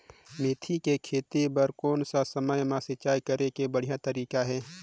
मेथी के खेती बार कोन सा समय मां सिंचाई करे के बढ़िया तारीक हे?